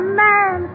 man